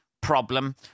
problem